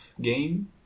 game